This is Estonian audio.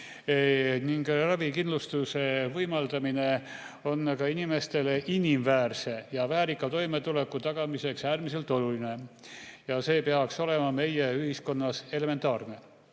Ravikindlustuse võimaldamine on aga inimestele inimväärse ja väärika toimetuleku tagamiseks äärmiselt oluline ja see peaks olema meie ühiskonnas elementaarne.